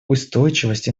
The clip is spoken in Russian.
устойчивость